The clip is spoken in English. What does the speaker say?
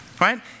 Right